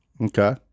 Okay